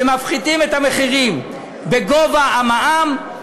שמפחיתים את המחירים בגובה המע"מ,